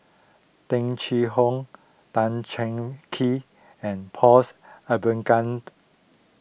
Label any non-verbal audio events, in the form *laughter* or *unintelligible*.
Tung Chye Hong Tan Cheng Kee and Pauls *unintelligible*